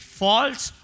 false